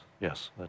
yes